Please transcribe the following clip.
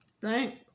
thank